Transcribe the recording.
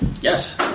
Yes